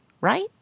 right